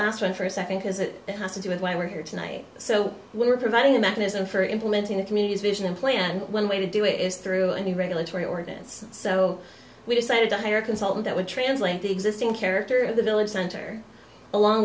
last one for a second because it has to do with why we're here tonight so we're providing a mechanism for implementing the community's vision and plan one way to do it is through any regulatory ordinance so we decided to hire a consultant that would translate the existing character of the village center along